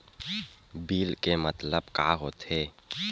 Bill के मतलब का होथे?